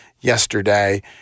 yesterday